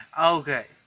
Okay